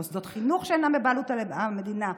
מוסדות חינוך שאינם בבעלות המדינה,